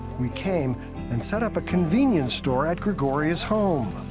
we came and set up a convenience store at grigoria's home.